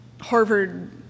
Harvard